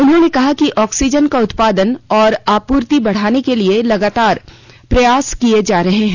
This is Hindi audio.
उन्होंने कहा कि ऑक्सीजन का उत्पादन और आपूर्ति बढ़ाने के लिए लगातार प्रयास किए जा रहे हैं